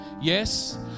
Yes